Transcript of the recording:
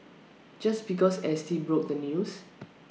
just because S T broke the news